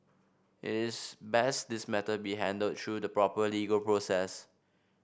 it is best this matter be handled through the proper legal process